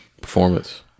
Performance